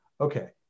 Okay